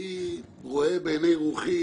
אני רואה בעיני רוחי